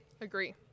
Agree